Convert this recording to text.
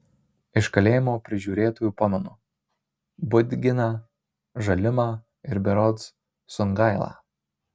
iš kalėjimo prižiūrėtojų pamenu budginą žalimą ir berods sungailą